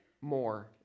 more